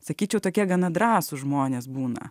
sakyčiau tokie gana drąsūs žmonės būna